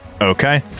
Okay